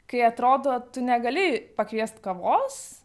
kai atrodo tu negali pakviest kavos